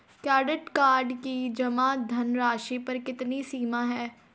Credit card की जमा धनराशि पर कितनी सीमा है?